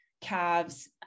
calves